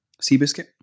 Seabiscuit